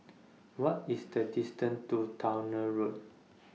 What IS The distance to Towner Road